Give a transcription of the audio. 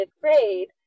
grade